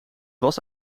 was